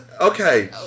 Okay